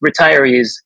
retirees